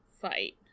fight